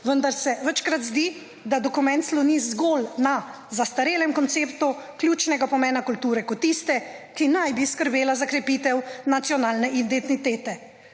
vendar se večkrat zdi, da dokument sloni zgolj na zastarelem konceptu ključnega pomena kulture kot tiste, ki naj bi skrbela za krepitev nacionalne identitete.